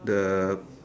the